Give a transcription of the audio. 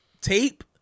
tape